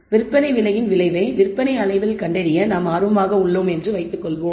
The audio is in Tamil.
விற்பனை விலையின் விளைவை விற்பனை அளவில் கண்டறிய நாம் ஆர்வமாக உள்ளோம் என்று வைத்துக்கொள்வோம்